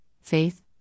faith